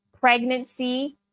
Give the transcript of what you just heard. pregnancy